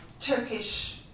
Turkish